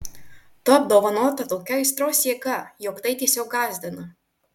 tu apdovanota tokia aistros jėga jog tai tiesiog gąsdina